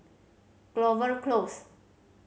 Clover Close